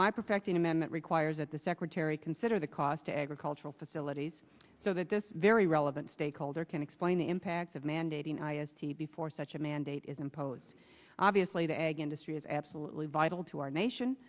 my perfecting amendment requires that the secretary consider the cost to agricultural facilities so that this very relevant stakeholder can explain the impacts of mandating i s t before such a mandate is imposed obviously the egg industry is absolutely vital to our nation